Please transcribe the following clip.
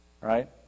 Right